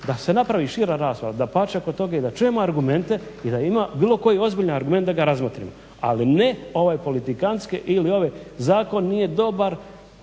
da se napravi šira rasprava dapače oko toga i da čujemo argumente i da ima bilo koji ozbiljan argument da ga razmotrimo, ali ne ove politikantske ili ove zakon nije dobar,